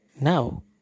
Now